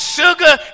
sugar